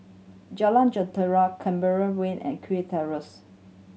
Jalan Jentera Canberra Way and Kew Terrace